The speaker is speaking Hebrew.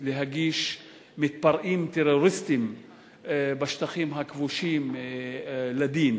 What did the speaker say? להגיש מתפרעים טרוריסטים בשטחים הכבושים לדין,